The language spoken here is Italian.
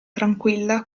tranquilla